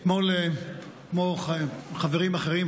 כמו חברים אחרים,